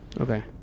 okay